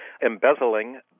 embezzling